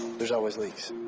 there's always leaks.